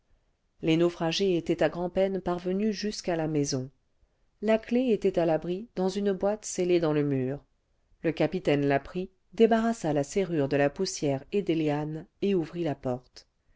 les naufragés étaient à grand'peine parvenus jusquà la maison la clef était à l'abri dans une boîte scellée dans le mur le capitaine la prit débarrassa la serrure de la poussière et des lianes et ouvrit la porte